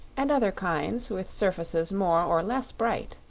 and other kinds, with surfaces more or less bright.